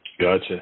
Gotcha